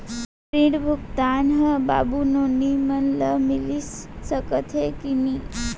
ऋण भुगतान ह बाबू नोनी मन ला मिलिस सकथे की नहीं?